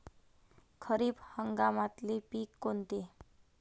खरीप हंगामातले पिकं कोनते?